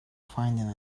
finding